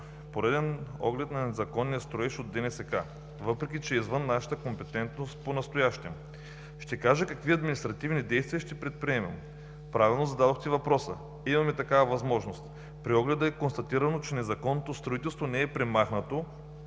строителен контрол, въпреки че е извън нашата компетентност понастоящем. Ще кажа какви административни действия ще предприемем. Правилно зададохте въпроса – имаме такава възможност. При огледа е констатирано, че незаконното строителство не е премахнато,